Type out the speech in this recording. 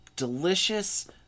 delicious